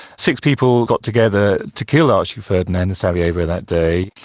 six people got together to kill archduke ferdinand in sarajevo that day.